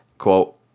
Quote